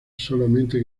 solamente